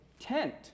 tent